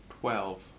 Twelve